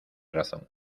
razón